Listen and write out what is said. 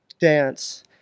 dance